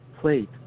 plate